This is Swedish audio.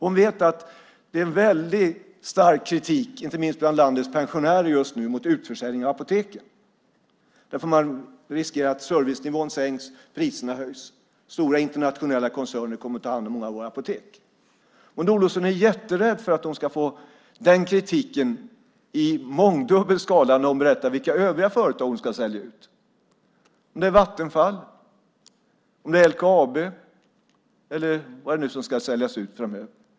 Hon vet att det finns en väldigt stark kritik just nu, inte minst bland landets pensionärer, mot utförsäljningen av apoteken därför att det finns en risk för att servicenivån sänks och priserna höjs. Stora internationella koncerner kommer att ta hand om många av våra apotek. Maud Olofsson är jätterädd för att hon ska få den kritiken i mångdubbel skala när hon berättar vilka övriga företag som hon ska sälja ut framöver, om det är Vattenfall, LKAB eller andra.